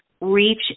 reach